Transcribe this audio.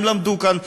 הם למדו כאן,